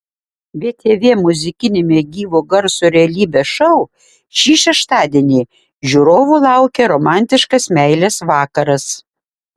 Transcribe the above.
btv muzikiniame gyvo garso realybės šou šį šeštadienį žiūrovų laukia romantiškas meilės vakaras